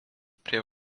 prie